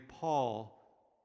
Paul